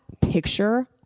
picture